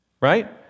right